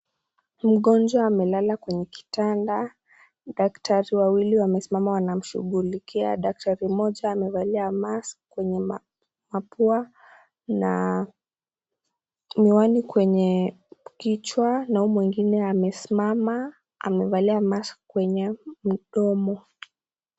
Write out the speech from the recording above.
Mgonjwa amelala kwenye kitanda. Daktari wawili wamesimama wanamshughulikia. Daktari mmoja amevalia mask kwenye mapua na miwani kwenye kichwa na huyu mwingine amesimama, amevalia mask kwenye mdomo.